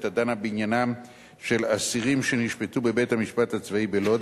הדנה בעניינם של אסירים שנשפטו בבית-המשפט הצבאי בלוד,